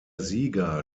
sieger